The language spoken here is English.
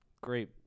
great